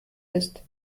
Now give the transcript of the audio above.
ist